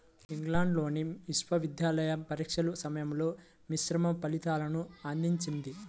ఇంగ్లాండ్లోని విశ్వవిద్యాలయ పరీక్షల సమయంలో మిశ్రమ ఫలితాలను అందించింది